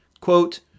Quote